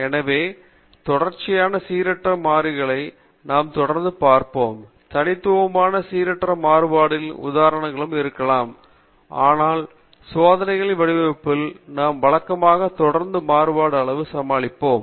எனவே தொடர்ச்சியான சீரற்ற மாறுபாடுகளை நாம் தொடர்ந்து பார்ப்போம் தனித்துவமான சீரற்ற மாறுபாடுகளின் உதாரணங்களும் இருக்கலாம் ஆனால் சோதனைகளின் வடிவமைப்பில் நாம் வழக்கமாக தொடர்ந்து மாறுபடும் அளவுகளை சமாளிக்கிறோம்